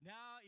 Now